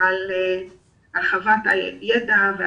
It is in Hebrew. בנושא הרחבת הידע.